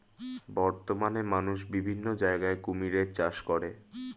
বর্তমানে মানুষ বিভিন্ন জায়গায় কুমিরের চাষ করে